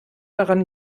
daran